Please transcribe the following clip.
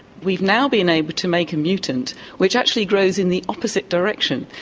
we've now been able to make a mutant which actually grows in the opposite direction,